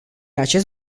acest